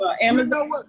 Amazon